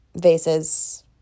vases